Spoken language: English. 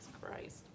christ